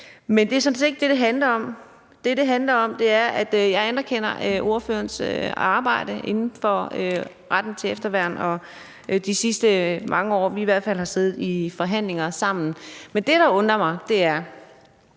Men det er sådan set ikke det, det handler om. Det, det handler om, er, at jeg anerkender ordførerens arbejde inden for retten til efterværn i hvert fald i de sidste mange år, vi har siddet i forhandlinger sammen. Men når fru Trine Torp